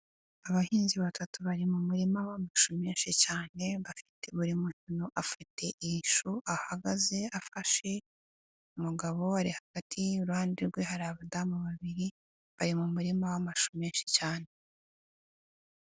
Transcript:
Abahinzi batatu bari mu murima bamushu menshi cyane, bafite, buri muntu afite ishu, ahagaze afashe, umugabo we ari hagati, iruhande rwe hari abadamu babiri bari mu murima w'amashu menshi cyane.